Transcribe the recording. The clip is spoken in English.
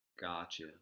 Gotcha